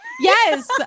yes